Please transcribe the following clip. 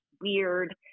weird